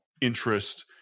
interest